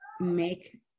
make